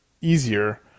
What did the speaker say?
easier